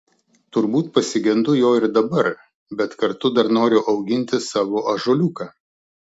turbūt pasigendu jo ir dabar bet kartu dar noriu auginti savo ąžuoliuką